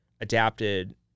adapted